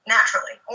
Naturally